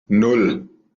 nan